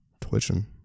Twitching